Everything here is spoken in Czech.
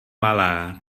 malá